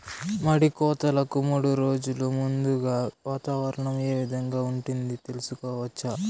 మడి కోతలకు మూడు రోజులు ముందుగా వాతావరణం ఏ విధంగా ఉంటుంది, తెలుసుకోవచ్చా?